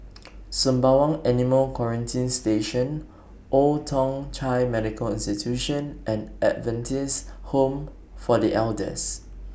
Sembawang Animal Quarantine Station Old Thong Chai Medical Institution and Adventist Home For The Elders